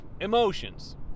emotions